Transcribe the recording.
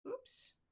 oops